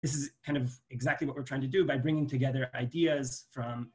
‫זה בדיוק מה שאנחנו מנסים לעשות, ‫על ידי הבאת רעיונות מ...